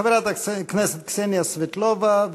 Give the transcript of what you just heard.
חברת הכנסת קסניה סבטלובה,